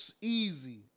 easy